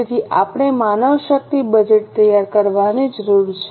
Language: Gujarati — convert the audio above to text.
તેથી આપણે માનવશક્તિ બજેટ તૈયાર કરવાની જરૂર છે